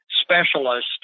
specialist